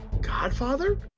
Godfather